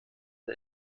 der